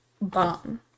bomb